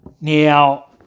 Now